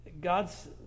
God's